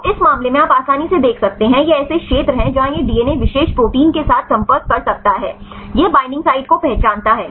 तो इस मामले में आप आसानी से देख सकते हैं ये ऐसे क्षेत्र हैं जहां यह डीएनए विशेष प्रोटीन के साथ संपर्क कर सकता है यह बईंडिंग साइट को पहचानता है